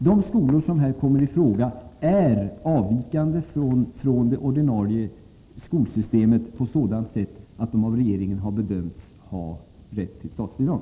De skolor som här kommer i fråga är avvikande från det ordinarie skolsystemet på sådant sätt att de av regeringen har bedömts ha rätt till statsbidrag.